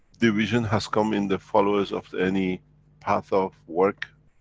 division has come in the followers of any path of work,